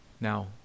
Now